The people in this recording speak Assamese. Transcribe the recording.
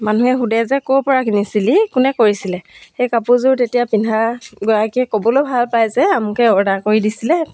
মানুহে সোধে যে ক'ৰ পৰা কিনিছিলি কোনে কৰিছিলে সেই কাপোৰযোৰ তেতিয়া পিন্ধাগৰাকীয়ে ক'বলৈ ভাল পায় যে আমুকে অৰ্ডাৰ কৰি দিছিলে